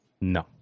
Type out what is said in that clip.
No